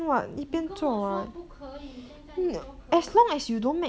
你跟我说不可以现在你说可以